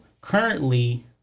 currently